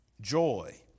joy